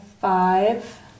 Five